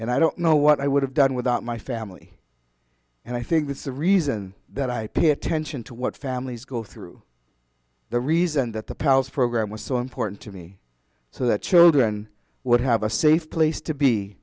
and i don't know what i would have done without my family and i think that's the reason that i pay attention to what families go through the reason that the powells program was so important to me so that children would have a safe place to be